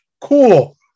Cool